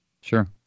Sure